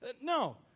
No